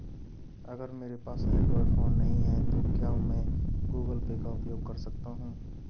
अगर मेरे पास एंड्रॉइड फोन नहीं है तो क्या मैं गूगल पे का उपयोग कर सकता हूं?